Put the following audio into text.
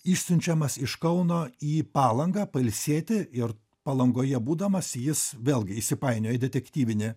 išsiunčiamas iš kauno į palangą pailsėti ir palangoje būdamas jis vėlgi įsipainioja į detektyvinį